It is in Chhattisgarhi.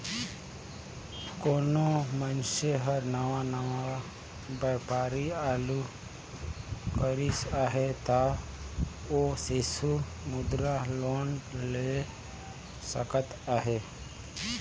कोनो मइनसे हर नावा नावा बयपार चालू करिस अहे ता ओ सिसु मुद्रा लोन ले सकत अहे